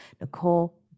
Nicole